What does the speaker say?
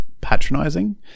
patronizing